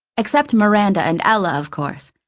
except miranda and ella, of course.